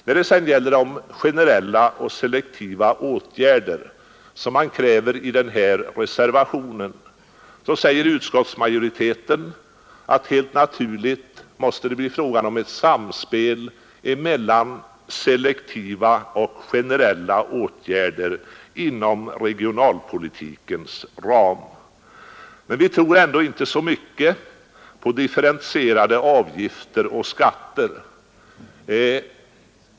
När det sedan gäller de generella och selektiva åtgärder som krävs i reservationen 1 säger utskottsmajoriteten, att det helt naturligt måste bli fråga om ett samspel mellan selektiva och generella åtgärder inom regionalpolitikens ram. Men vi tror ändå inte så mycket på differentierade avgifter och skatter.